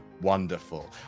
Wonderful